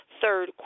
third